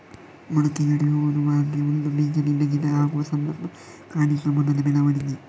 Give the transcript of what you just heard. ಮೊಳಕೆಯೊಡೆಯುವುದು ಅಂದ್ರೆ ಒಂದು ಬೀಜದಿಂದ ಗಿಡ ಆಗುವ ಸಂದರ್ಭ ಕಾಣಿಸುವ ಮೊದಲ ಬೆಳವಣಿಗೆ